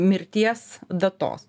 mirties datos